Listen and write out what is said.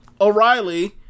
O'Reilly